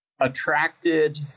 attracted